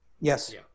yes